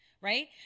right